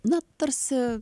na tarsi